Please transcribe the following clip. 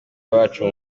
bacu